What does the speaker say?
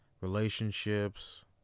relationships